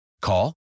Call